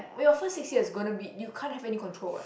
wait your first six years is going to be you can't have any control what